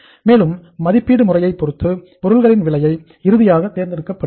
மேலும் மதிப்பீடு முறையைப் பொறுத்து பொருளின் விலையை இறுதியாக தேர்ந்தெடுக்கப் பட்டிருக்கிறது